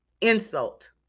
Insult